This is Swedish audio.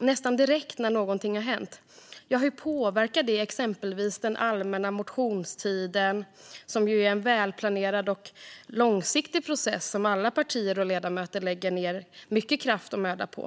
nästan direkt när något har hänt, hur påverkar det exempelvis den allmänna motionstiden? Det är ju en välplanerad och långsiktig process som alla partier och ledamöter lägger ned mycket kraft och möda på.